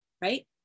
right